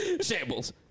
shambles